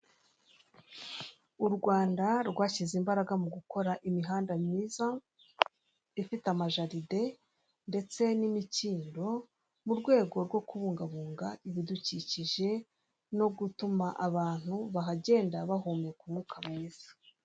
Abadamu ntibahejwe mu guteza imbere igihugu cyabo niyo mpamvu bari mu nzego zitandukanye z'ubuyobozi kuko bagaragaye ko nabo bashoboye bahabwa inshingano zitandukanye kandi bazikora neza.